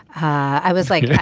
i was like